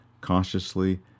cautiously